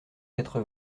quatre